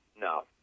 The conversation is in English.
No